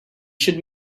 should